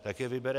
Jak je vybere?